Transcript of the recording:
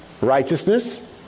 righteousness